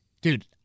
Dude